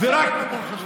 ומדברים בשם שר האוצר.